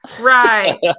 right